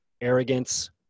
Arrogance